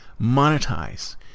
monetize